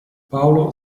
paolo